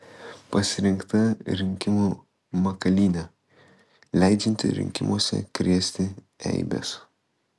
pasirinkta rinkimų makalynė leidžianti rinkimuose krėsti eibes